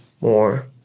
more